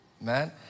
man